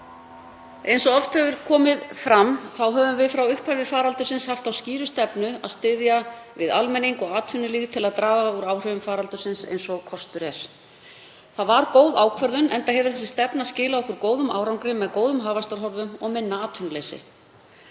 Eins og oft hefur komið fram þá höfum við frá upphafi faraldursins haft þá skýru stefnu að styðja við almenning og atvinnulífið til að draga úr áhrifum faraldursins eins og kostur er. Það var góð ákvörðun enda hefur þessi stefna skilað okkur góðum árangri með góðum hagvaxtarhorfum og minna atvinnuleysi.